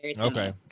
Okay